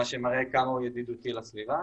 מה שמראה כמה הוא ידידותי לסביבה.